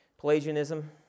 Pelagianism